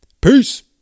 Peace